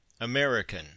American